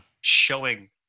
showing